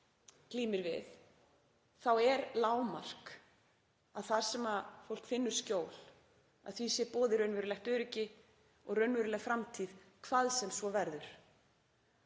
glímir við, þá er lágmark að þar sem fólk finnur skjól sé því boðið raunverulegt öryggi og raunveruleg framtíð, hvað sem svo verður.